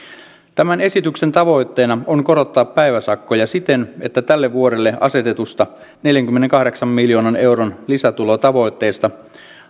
tämän esityksen tavoitteena on korottaa päiväsakkoja siten että tälle vuodelle asetetusta neljänkymmenenkahdeksan miljoonan euron lisätulotavoitteesta